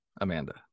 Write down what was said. Amanda